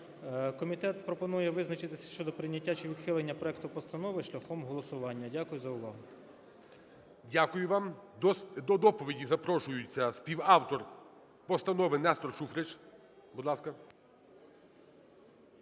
Комітет пропонує визначитись щодо прийняття чи відхилення проекту постанови шляхом голосування. Дякую за увагу. ГОЛОВУЮЧИЙ. Дякую вам. До доповіді запрошується співавтор постанови Нестор Шуфрич. Будь ласка.